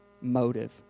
motive